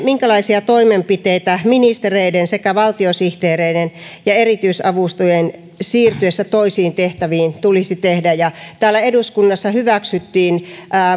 minkälaisia toimenpiteitä ministereiden sekä valtiosihteereiden ja erityisavustajien siirtyessä toisiin tehtäviin tulisi tehdä täällä eduskunnassa hyväksyttiin